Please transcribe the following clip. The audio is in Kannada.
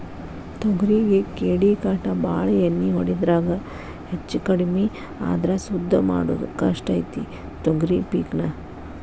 ತೊಗರಿಗೆ ಕೇಡಿಕಾಟ ಬಾಳ ಎಣ್ಣಿ ಹೊಡಿದ್ರಾಗ ಹೆಚ್ಚಕಡ್ಮಿ ಆದ್ರ ಸುದ್ದ ಮಾಡುದ ಕಷ್ಟ ಐತಿ ತೊಗರಿ ಪಿಕ್ ನಾ